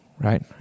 right